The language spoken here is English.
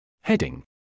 Heading